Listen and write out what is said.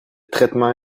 traitement